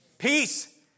Peace